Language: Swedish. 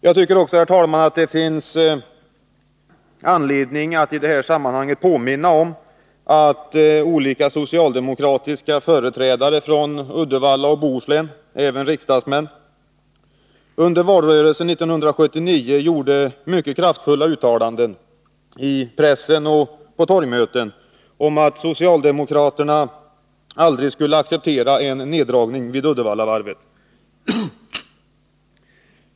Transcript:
Jag tycker också, herr talman, att det i detta sammanhang finns anledning att påminna om att olika socialdemokratiska företrädare från Uddevalla och Bohuslän, även riksdagsledamöter, under valrörelsen 1982 gjorde mycket kraftfulla uttalanden, i pressen och på torgmöten, om att socialdemokraterna aldrig skulle acceptera en neddragning vid Uddevallavarvet.